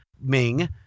Ming